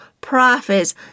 prophets